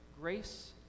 grace